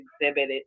exhibited